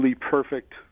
perfect